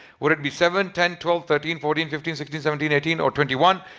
would it be seven ten twelve thirteen fourteen fifteen sixteen seventeen eighteen or twenty one?